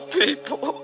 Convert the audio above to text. people